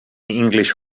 english